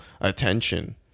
attention